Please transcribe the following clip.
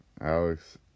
Alex